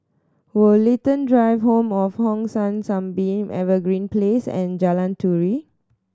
Woollerton Drive Home of Hong San Sunbeam Evergreen Place and Jalan Turi